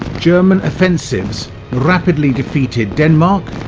german offensives rapidly defeated denmark,